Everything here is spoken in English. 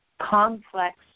complex